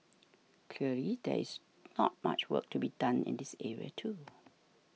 clearly there is not much work to be done in this area too